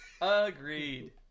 Agreed